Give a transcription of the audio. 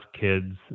kids